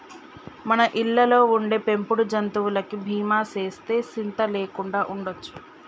మన ఇళ్ళలో ఉండే పెంపుడు జంతువులకి బీమా సేస్తే సింత లేకుండా ఉండొచ్చు